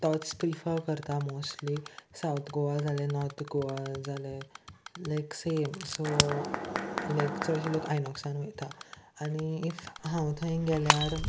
तोच प्रिफर करता mostly south Goa जाल्या नॉर्थ गोवा जाले लायक सेम सो लायक चडशे लोक आयनॉक्सान वयता आनी इफ हांव थंय गेल्यार